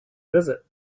visit